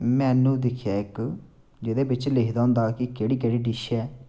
menu दिक्खेआ एक्क जेह्दे बिच्च लिखे दा होंदा की केह्ड़ी केह्ड़ी डिश ऐ